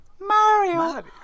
Mario